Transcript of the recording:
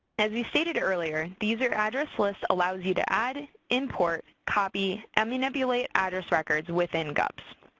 as we stated earlier, the user address list allows you to add, import, copy, and manipulate address records within gups.